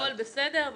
הכול בסדר,